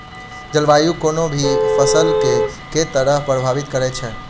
जलवायु कोनो भी फसल केँ के तरहे प्रभावित करै छै?